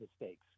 mistakes